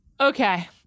Okay